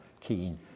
keen